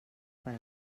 per